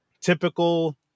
typical